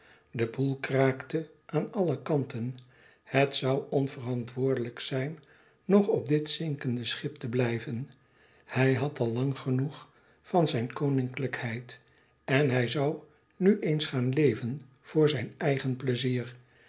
de boel kraakte aan alle kanten het zoû onverantwoordelijk zijn nog op dit zinkende schip te blijven hij had al lang genoeg van zijn koninklijkheid en hij zoû nu eens gaan leven voor zijn eigen pleizier